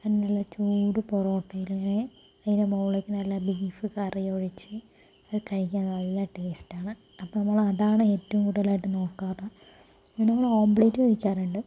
നല്ല ചൂട് പൊറോട്ടയില്ലേ അതിൻ്റെ മുകളിലേക്ക് നല്ല ബീഫ് കറിയൊഴിച്ച് അത് കഴിക്കാൻ നല്ല ടേസ്റ്റാണ് അപ്പോൾ നമ്മളതാണ് ഏറ്റവും കൂടുതലായിട്ട് നോക്കാറ് പിന്നെ നമ്മള് ഓംപ്ലേറ്റ് കഴിക്കാറുണ്ട്